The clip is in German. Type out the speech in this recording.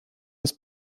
des